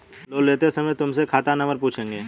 loan लेते समय तुमसे खाता नंबर पूछेंगे